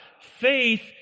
Faith